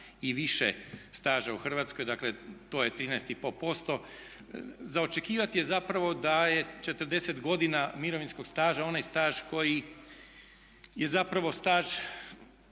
i više staža u Hrvatskoj, dakle to je 13,5%. Za očekivati je zapravo da je 40 godina mirovinskog staža onaj staž koji je zapravo staž